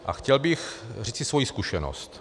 A chtěl bych říci svoji zkušenost.